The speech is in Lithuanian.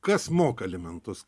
kas moka alimentus